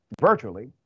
virtually